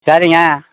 சரிங்க